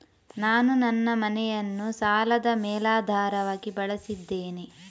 ನಾನು ನನ್ನ ಮನೆಯನ್ನು ಸಾಲದ ಮೇಲಾಧಾರವಾಗಿ ಬಳಸಿದ್ದೇನೆ